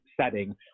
setting